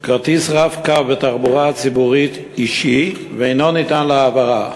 כרטיס "רב-קו" בתחבורה הציבורית הוא אישי ואינו ניתן להעברה.